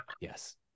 yes